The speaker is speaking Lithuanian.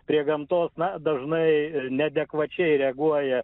prie gamtos na dažnai neadekvačiai reaguoja